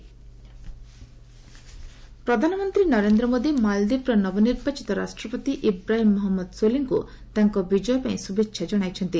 PM Maldives ପ୍ରଧାନମନ୍ତ୍ରୀ ନରେନ୍ଦ୍ର ମୋଦି ମାଲଦ୍ୱୀପ୍ର ନବ ନିର୍ବାଚିତ ରାଷ୍ଟ୍ରପତି ଇବ୍ରାହିମ୍ ମହନ୍ମଦ ସୋଲିଙ୍କୁ ତାଙ୍କ ବିଜୟ ପାଇଁ ଶୁଭେଚ୍ଛା ଜଣାଇଛନ୍ତି